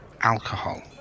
alcohol